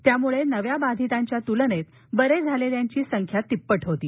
त्यामुळे नव्या बाधितांच्या तूलनेत बरे झालेल्यांची संख्या तिप्पट होती